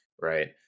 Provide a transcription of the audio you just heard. right